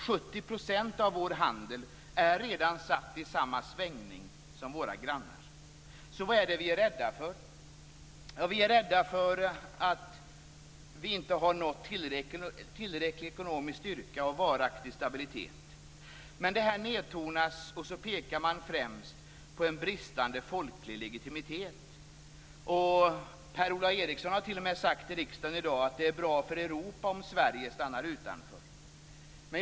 70 % av vår handel är redan satt i samma svängning som våra grannars. Vad är det då vi är rädda för? Jo, vi är rädda för att vi inte har nått tillräcklig ekonomisk styrka och varaktig stabilitet. Men detta nedtonas. Man pekar främst på en bristande folklig legitimitet. Per-Ola Eriksson sade t.o.m. här i riksdagen i dag att det är bra för Europa om Sverige stannar utanför!